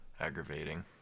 aggravating